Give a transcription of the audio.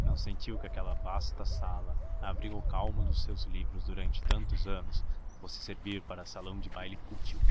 não sentiu que aquela vasta sala abrigo calmo dos seus livros durante tantos anos fosse servir para salão de baile fútil